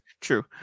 true